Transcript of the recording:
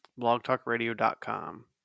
Blogtalkradio.com